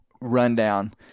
rundown